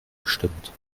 bestimmt